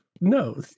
No